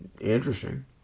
interesting